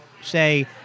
say